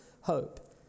hope